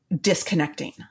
disconnecting